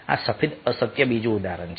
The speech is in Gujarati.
આ સફેદ અસત્યનું બીજું ઉદાહરણ છે